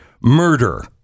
murder